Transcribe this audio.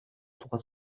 trois